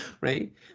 Right